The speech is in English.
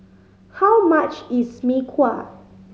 how much is Mee Kuah